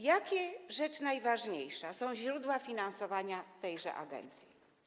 Jakie - rzecz najważniejsza - są źródła finansowania tejże agencji?